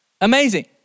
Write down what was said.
Amazing